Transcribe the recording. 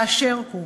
באשר הוא.